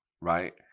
right